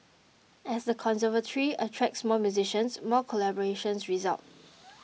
as the conservatory attracts more musicians more collaborations result